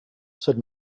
says